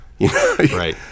Right